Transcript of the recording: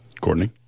Courtney